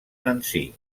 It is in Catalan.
nancy